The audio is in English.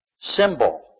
symbol